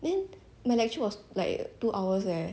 then my lecture was like two hours leh